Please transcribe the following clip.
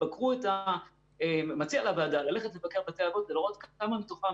אני מציע לוועדה ללכת לבקר בבתי אבות ולראות כמה מתוכם,